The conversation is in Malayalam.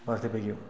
വര്ദ്ധിപ്പിക്കും